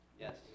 Yes